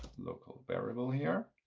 local variable here